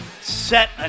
set